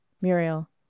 Muriel